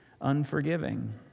unforgiving